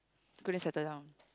couldn't settle down